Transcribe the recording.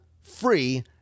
free